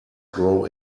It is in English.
grow